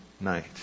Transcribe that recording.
night